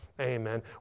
amen